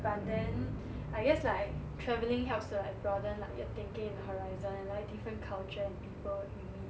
but then I guess like travelling helps to like broaden like your thinking and horizon like different culture and people you meet